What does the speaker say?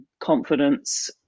confidence